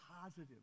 positive